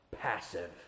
passive